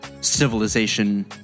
civilization